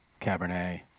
Cabernet